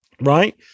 right